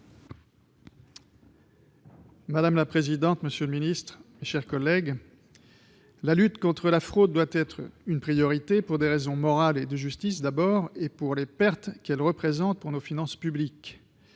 Madame la présidente, monsieur le ministre, mes chers collègues, la lutte contre la fraude doit être une priorité, d'abord, pour des raisons morales et de justice, ensuite, en raison des pertes qu'elle représente pour nos finances publiques.